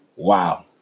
Wow